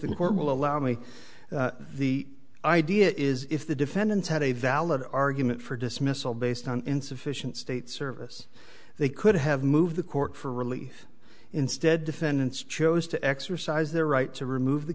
the court will allow me the idea is if the defendants had a valid argument for dismissal based on insufficient state service they could have moved the court for relief instead defendants chose to exercise their right to remove the